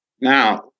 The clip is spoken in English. Now